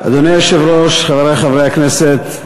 אדוני היושב-ראש, חברי חברי הכנסת,